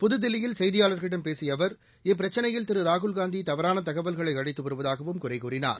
புதுதில்லியில் செய்தியாளா்களிடம் பேசிய அவர் இப்பிரச்சினையில் திரு ராகுல்காந்தி தவறான தகவல்களை அளித்து வருவதாகவும் குறை கூறினார்